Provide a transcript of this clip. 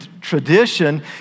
tradition